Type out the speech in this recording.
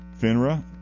FINRA